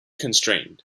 constrained